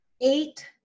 eight